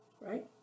right